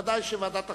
ודאי שוועדת החינוך,